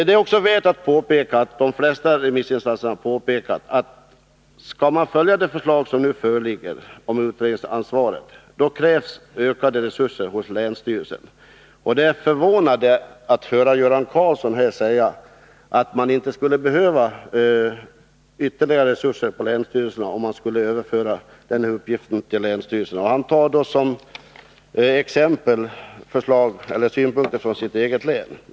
Det är också värt att påminna om att de flesta remissinstanser påpekat att om man skall följa det förslag som föreligger om utredningsansvaret, krävs det ökade resurser hos länsstyrelserna. Det är förvånande att höra Göran Karlsson här säga att man inte skulle behöva ytterligare resurser på länsstyrelserna om vi överför dessa uppgifter till dem. Han tar som exempel synpunkter från sitt eget län.